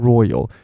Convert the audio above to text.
Royal